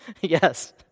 Yes